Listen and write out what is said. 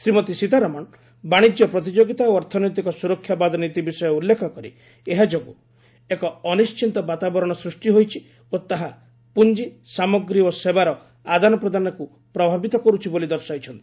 ଶ୍ରୀମତୀ ସୀତାରମଣ ବାଣିଜ୍ୟ ପ୍ରତିଯୋଗିତା ଓ ଅର୍ଥନୈତିକ ସୁରକ୍ଷାବାଦ ନୀତି ବିଷୟ ଉଲ୍ଲେଖ କରି ଏହାଯୋଗୁଁ ଏକ ଅନିଣ୍ଠିତ ବାତାବରଣ ସୃଷ୍ଟି ହୋଇଛି ଓ ତାହା ପୁଞ୍ଜି ସାମଗ୍ରୀ ଓ ସେବାର ଆଦାନପ୍ରଦାନକୁ ପ୍ରଭାବିତ କରିଛି ବୋଲି ଦର୍ଶାଇଛନ୍ତି